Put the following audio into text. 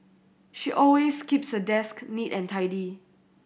she always keeps her desk neat and tidy